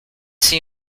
see